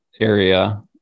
area